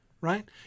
right